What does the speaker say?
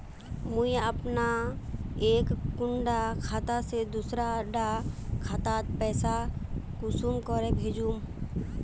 मुई अपना एक कुंडा खाता से दूसरा डा खातात पैसा कुंसम करे भेजुम?